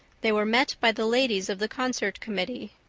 they were met by the ladies of the concert committee,